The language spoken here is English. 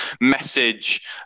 message